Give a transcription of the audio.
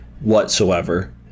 whatsoever